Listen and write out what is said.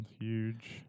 huge